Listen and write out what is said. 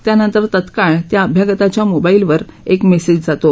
त्यानंतर तात्काळ त्या अभ्यागंताच्या मोबाईल वर एक मॅसेज जातो